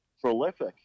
prolific